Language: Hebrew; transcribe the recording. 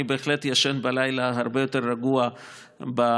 אני בהחלט ישן בלילה הרבה יותר רגוע בשבועות